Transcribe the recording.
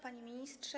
Panie Ministrze!